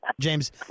James